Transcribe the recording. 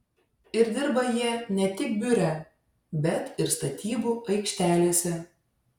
ir dirba jie ne tik biure bet ir statybų aikštelėse